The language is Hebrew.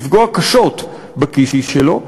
לפגוע קשות בכיס שלו,